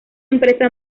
empresa